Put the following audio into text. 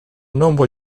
nombre